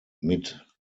mit